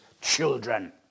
children